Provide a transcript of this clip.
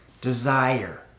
desire